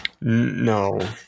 No